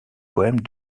poèmes